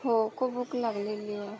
हो खूप भूक लागलेली आहे